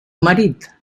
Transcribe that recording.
marit